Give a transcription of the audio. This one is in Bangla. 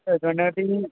এখানে যদি